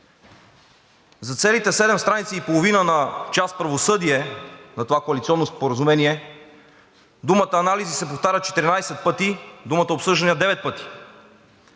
За целите седем страници и половина на част „Правосъдие“ на това коалиционно споразумение думата „анализи“ се повтаря 14 пъти, думата „обсъждания“ – девет